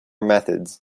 methods